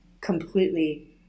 completely